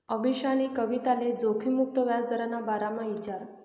अमीशानी कविताले जोखिम मुक्त याजदरना बारामा ईचारं